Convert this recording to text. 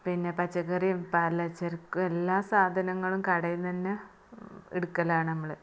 പിന്ന പച്ചക്കറിയും പലചരക്ക് എല്ലാ സാധനങ്ങളും കടയിൽ നിന്ന് തന്നെ എടുക്കലാണ് നമ്മൾ